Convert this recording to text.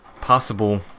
possible